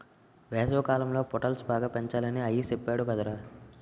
వేసవికాలంలో పొటల్స్ బాగా పెంచాలని అయ్య సెప్పేడు కదరా